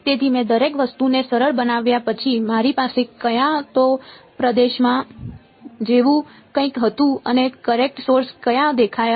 તેથી મેં દરેક વસ્તુને સરળ બનાવ્યા પછી મારી પાસે ક્યાં તો પ્રદેશમાં જેવું કંઈક હતું અને કરેંટ સોર્સ ક્યાં દેખાયો